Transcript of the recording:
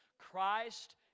Christ